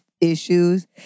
issues